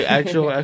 actual